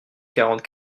quarante